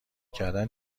کردن